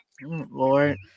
Lord